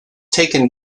taken